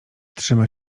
trzyma